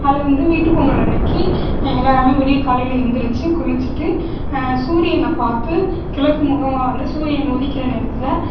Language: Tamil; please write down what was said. அதில் வந்து வீட்டுப்பொங்கல் அன்னிக்கி எல்லாேருமே விடியற் காலையில் எழுந்திரிச்சி குளிச்சுட்டு சூரியனை பார்த்து கிழக்கு முகமாக வந்து சூரியன் உதிக்கிற நேரத்தில்